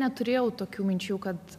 neturėjau tokių minčių kad